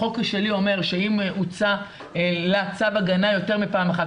החוק שלי אומר שאם הוצא לה צו הגנה יותר מפעם אחת,